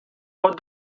vot